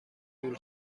طول